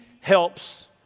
helps